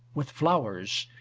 with flowers,